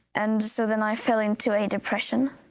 and so then i fell into a depression,